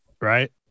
right